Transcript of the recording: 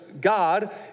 God